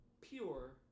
Pure